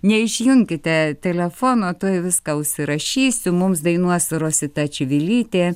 neišjunkite telefono tuoj viską užsirašysiu mums dainuos rosita čivilytė